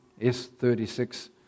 S36